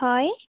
হয়